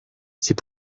c’est